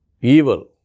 evil